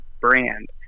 Brand